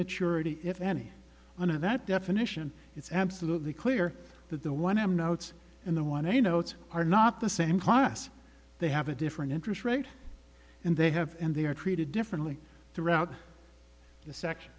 maturity if any under that definition it's absolutely clear that the one i am notes and the one he notes are not the same class they have a different interest rate and they have and they are treated differently throughout the sec